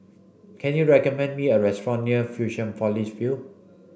can you recommend me a restaurant near Fusionopolis View